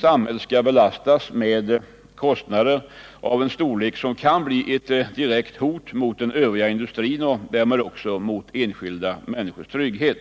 samhället skall belastas med kostnader av en storlek som kan bli ett direkt hot mot den övriga industrin och därmed också mot enskilda människors trygghet.